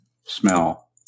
smell